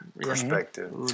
perspective